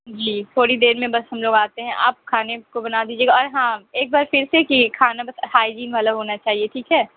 جی تھوڑی دیر میں بس ہم لوگ آتے ہیں آپ کھانے کو بنا دیجیے گا اور ہاں ایک بار پھر سے کہ کھانا بس ہائجین والا ہونا چاہیے ٹھیک ہے